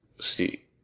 see